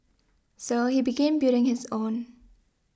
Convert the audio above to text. so he began building his own